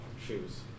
shoes